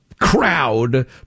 crowd